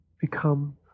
become